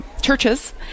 churches